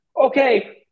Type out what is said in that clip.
Okay